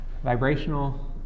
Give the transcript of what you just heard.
vibrational